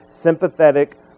sympathetic